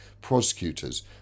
prosecutors